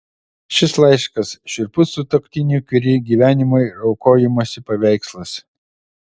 šis laiškas šiurpus sutuoktinių kiuri gyvenimo ir aukojimosi paveikslas